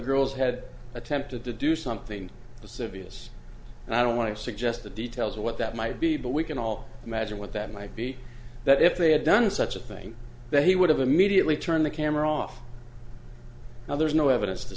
girl's head attempted to do something to sylvia's and i don't want to suggest the details of what that might be but we can all imagine what that might be that if they had done such a thing that he would have immediately turned the camera off now there is no evidence to